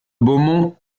beaumont